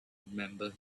remember